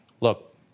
Look